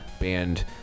band